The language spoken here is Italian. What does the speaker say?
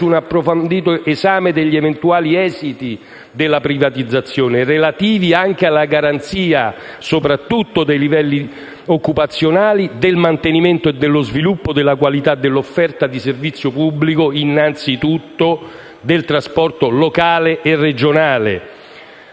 su un approfondito esame degli eventuali esiti della privatizzazione, relativi anche alla garanzia soprattutto dei livelli occupazionali, del mantenimento e dello sviluppo della qualità dell'offerta di servizio pubblico, innanzitutto del trasporto locale e regionale,